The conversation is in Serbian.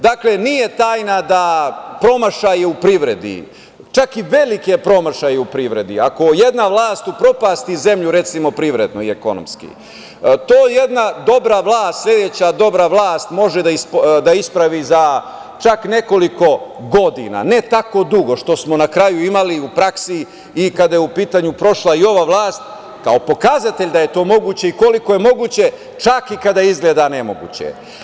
Dakle, nije tajna da promašaje u privredi, čak i velike promašaje u privredi, ako jedna vlast upropasti zemlju privredno i ekonomski, to jedna dobra vlast, sledeća dobra vlast može da ispravi za čak nekoliko godina, ne tako dugo, što smo na kraju imali u praksi kada je u pitanju prošla i ova vlast kao pokazatelj da je to moguće i koliko je moguće čak i kada izgleda nemoguće.